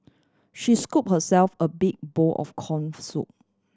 she scoop herself a big bowl of corn soup